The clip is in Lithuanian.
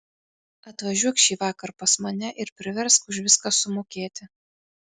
atvažiuok šįvakar pas mane ir priversk už viską sumokėti